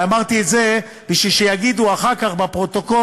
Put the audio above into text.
ואמרתי את זה בשביל שיהיה אחר כך בפרוטוקול